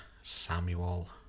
Samuel